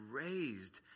raised